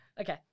Okay